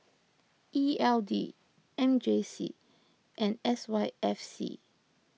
E L D M J C and S Y F C